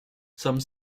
some